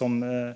Om